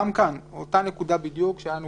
גם כאן אותה נקודה בדיוק שהייתה לנו